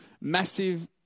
massive